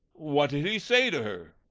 what did he say to her?